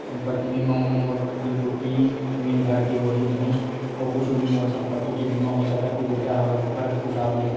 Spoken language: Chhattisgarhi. संपत्ति बीमा म मोर धनकुट्टी मील भर के होही धुन अउ कुछु भी मोर संपत्ति के बीमा हो सकत हे बेटा हवय ओखर हिसाब ले?